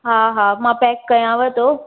हा हा मां पैक कयांव थो